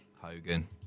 Hogan